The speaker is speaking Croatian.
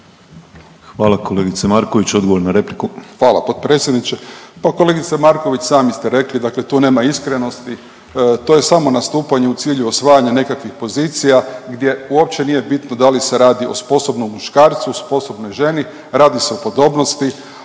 Hvala kolegice Marković. Odgovor na repliku. **Jovanović, Željko (SDP)** Hvala potpredsjedniče. Pa kolegice Marković, sami ste rekli dakle tu nema iskrenosti, to je samo nastupanje u cilju osvajanja nekakvih pozicija gdje uopće nije bitno da li se radi o sposobnom muškarcu, o sposobnoj ženi, radi se o podobnosti,